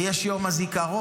ויש יום הזיכרון,